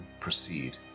proceed